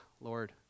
Lord